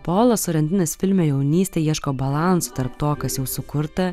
polas sorentinas filme jaunystė ieško balanso tarp to kas jau sukurta